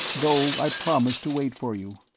though i promised to wait for you.